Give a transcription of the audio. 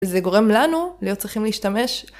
זה גורם לנו להיות צריכים להשתמש.